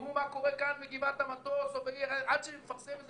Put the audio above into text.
תראו מה קורה כאן בגבעת המטוס או בעיר עד מתפרסם איזה